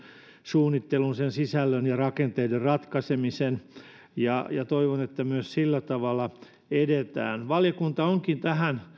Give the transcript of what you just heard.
suunnittelun sen sisällön ja rakenteiden ratkaisemisen toivon että sillä tavalla myös edetään valiokunta onkin tähän